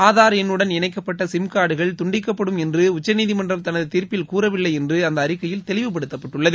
ஆதார் எண்ணுடன் இணைக்கப்பட்ட சிம் கார்டுகள் துண்டிக்கப்படும் என்று உச்சநீதிமன்றம் தனது தீர்ப்பில் கூறவில்லை என்று அந்த அறிக்கையில் தெளிவுப்படுத்தப்பட்டுள்ளது